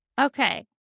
Okay